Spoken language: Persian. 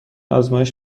آزمایش